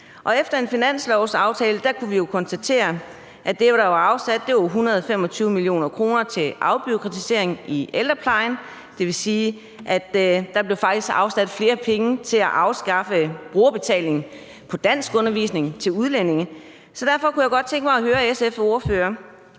efter en finanslovsaftale kunne vi jo konstatere, at det, der var afsat, var 125 mio. kr. til afbureaukratisering i ældreplejen. Det vil sige, at der faktisk blev afsat flere penge til at afskaffe brugerbetaling på danskundervisning til udlændinge. Derfor kunne jeg godt tænke mig at høre SF's ordfører: